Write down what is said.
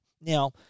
Now